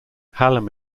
hallam